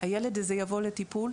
הילד הזה יבוא לטיפול,